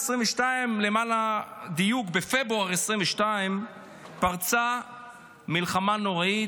בפברואר 2022 פרצה מלחמה נוראית.